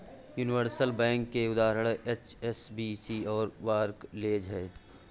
universal bank के उदाहरण HSBC और बार्कलेज हैं